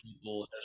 people